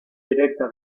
directa